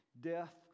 Death